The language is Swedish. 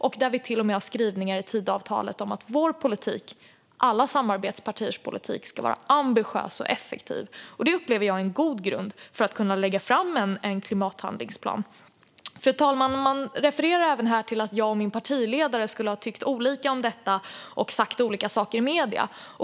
Det finns till och med skrivningar i Tidöavtalet om att alla samarbetspartiers politik ska vara ambitiös och effektiv. Jag upplever att det är en god grund för att lägga fram en klimathandlingsplan. Fru talman! Det refererades här till att jag och min partiledare skulle ha tyckt olika om detta och sagt olika saker i medier.